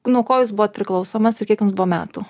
nuo ko jūs buvot priklausomas ir kiek jums buvo metų